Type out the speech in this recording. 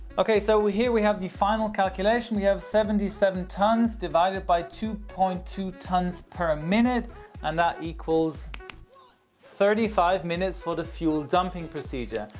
okay, so here we have the final calculation. we have seventy seven tonnes divided by two point two tonnes per minute and that equals thirty five minutes for the fuel dumping procedure.